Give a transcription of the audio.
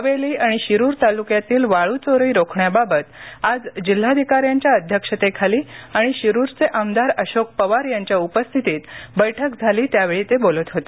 हवेली आणि शिरुर तालुक्यातील वाळू चोरी रोखण्याबाबत आज जिल्हाधिकाऱ्यांच्या अध्यक्षतेखाली आणि शिरुरचे आमदार अशोक पवार यांच्या उपस्थितीत बैठक झाली त्यावेळी ते बोलत होते